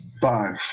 Five